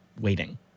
waiting